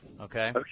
Okay